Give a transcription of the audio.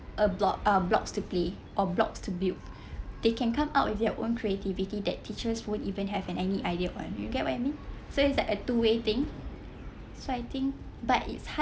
a block uh blocks to play or blocks to build they can come out with their own creativity that teachers won'td even have an any idea on you get what I mean so it's like a two way thing so I think but it's hard